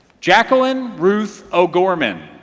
jacqueline ruth o'gorman.